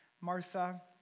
Martha